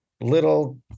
little